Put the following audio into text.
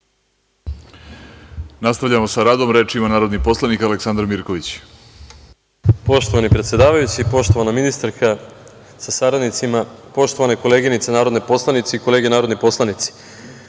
Nastavljamo sa radom. Reč ima narodni poslanik Aleksandar Mirković. **Aleksandar Mirković** Poštovani predsedavajući, poštovana ministarka sa saradnicima, poštovane koleginice narodne poslanice i kolege narodni poslanici,